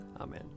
Amen